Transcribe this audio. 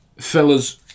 fellas